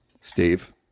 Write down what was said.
Steve